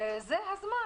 זה הזמן